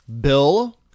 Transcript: Bill